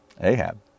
Ahab